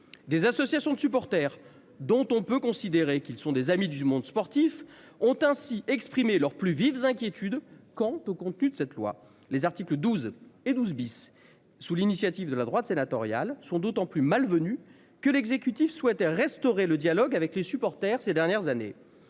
des associations de supporters dont on peut considérer qu'ils sont des amis du monde sportif ont ainsi exprimé leurs plus vives inquiétudes quant au contenu de cette loi les articles 12 et 12 bis sous l'initiative de la droite sénatoriale sont d'autant plus malvenue que l'exécutif souhaite restaurer le dialogue avec les supporters, ces dernières années.